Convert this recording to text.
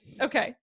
okay